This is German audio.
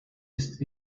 ist